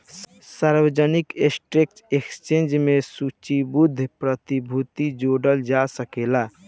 सार्वजानिक stock exchange में सूचीबद्ध प्रतिभूति जोड़ल जा सकेला